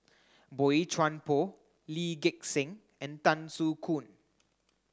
Boey Chuan Poh Lee Gek Seng and Tan Soo Khoon